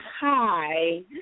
Hi